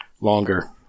Longer